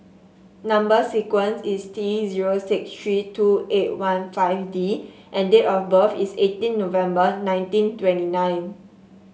number sequence is T zero six three two eight one five D and date of birth is eighteen November nineteen twenty nine